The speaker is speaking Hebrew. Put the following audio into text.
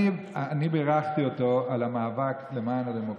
אני בירכתי אותו על המאבק למען הדמוקרטיה.